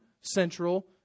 central